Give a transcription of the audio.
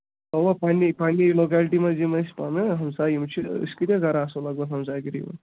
اَوا پنٛنے پنٛنی لوکیلٹی منٛز یِم اَسہِ پانہٕ ؤنۍ ہَمساے یِم چھِ أسۍ کۭتیٛاہ گرٕ آسو لگ بگ ہَمساے گٔری منٛز